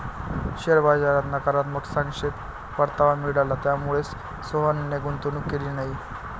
share बाजारात नकारात्मक सापेक्ष परतावा मिळाला, त्यामुळेच सोहनने गुंतवणूक केली नाही